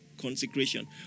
Consecration